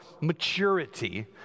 maturity